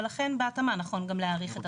ולכן בהתאמה נכון גם להאריך.